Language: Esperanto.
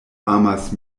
amas